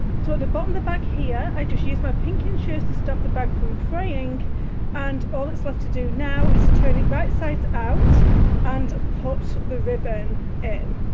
so at the bottom the bag here i just used my pinking shears to stop the bag from fraying and all that's left to do now is to turn it right-side out and pop the ribbon and